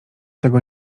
tego